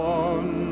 one